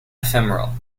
ephemeral